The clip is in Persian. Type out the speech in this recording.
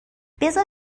بزار